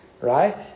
right